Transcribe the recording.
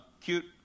cute